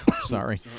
Sorry